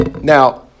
now